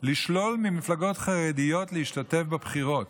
לשלול ממפלגות חרדיות להשתתף בבחירות,